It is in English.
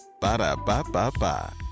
Ba-da-ba-ba-ba